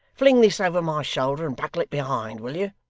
fling this over my shoulder, and buckle it behind, will you